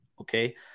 Okay